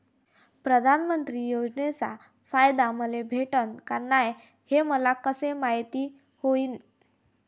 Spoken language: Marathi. प्रधानमंत्री योजनेचा फायदा मले भेटनं का नाय, हे मले कस मायती होईन?